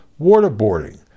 waterboarding